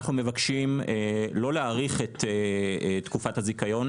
אנחנו מבקשים לא להאריך את תקופת הזיכיון,